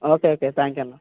okay okay thank you అన్న